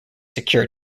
secure